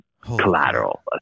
collateral